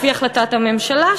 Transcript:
לפי החלטת הממשלה,